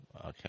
Okay